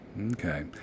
Okay